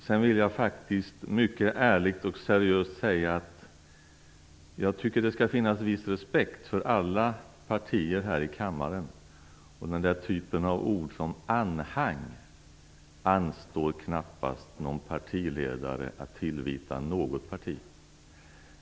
Sedan vill jag faktiskt mycket ärligt och seriöst säga att jag tycker att det skall finnas viss respekt för alla partier här i kammaren, och den typen av ord som "anhang" anstår knappast någon partiledare att tillvita något parti.